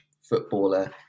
footballer